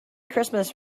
christmas